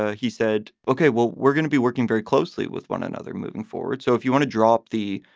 ah he said, okay, well, we're gonna be working very closely with one another moving forward. so if you want to drop the,